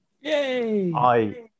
Yay